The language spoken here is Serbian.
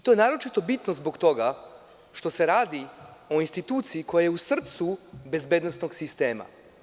To je naročito bitno zbog toga što se radi o instituciji koja je u srcu bezbednosnog sistema.